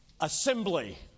Assembly